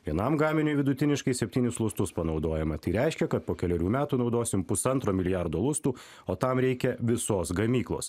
vienam gaminiui vidutiniškai septynis lustus panaudojama tai reiškia kad po kelerių metų naudosim pusantro milijardo lustų o tam reikia visos gamyklos